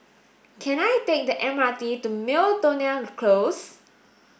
can I take the M R T to Miltonia Close